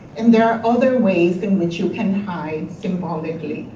and there are other ways in which you can hide symbolically.